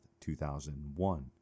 2001